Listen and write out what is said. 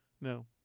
No